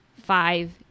five